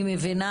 אני מבינה